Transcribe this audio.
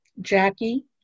Jackie